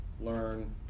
learn